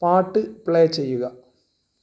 പാട്ട് പ്ലേ ചെയ്യുക